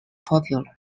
popular